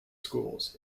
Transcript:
schools